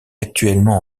actuellement